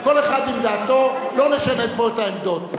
כל אחד עם דעתו, לא נשנה פה את העמדות.